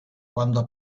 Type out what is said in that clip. quando